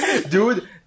Dude